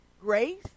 Grace